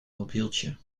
mobieltje